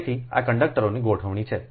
તેથી આ કંડકટરોની ગોઠવણી છે